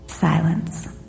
silence